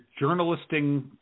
journalisting